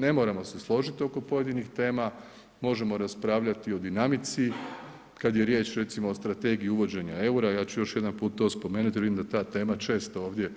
Ne moramo se složiti oko pojedinih tema, možemo raspravljati o dinamici kada je riječ recimo o strategiji uvođenja eura, ja ću još jedan put to spomenuti jer vidim da ta tema često ovdje